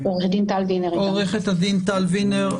עורכת הדין טל וינר.